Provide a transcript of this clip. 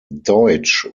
deutsch